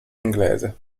inglese